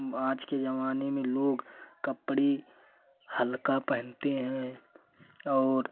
आज के ज़माने में लोग कपड़े हल्का पहनते हैं और